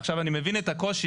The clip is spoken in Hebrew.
ועכשיו אני מבין את הקושי,